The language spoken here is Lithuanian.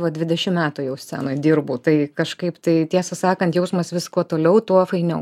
va dvidešim metų jau scenoj dirbu tai kažkaip tai tiesą sakant jausmas vis kuo toliau tuo fainiau